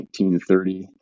1930